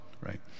Right